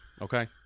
okay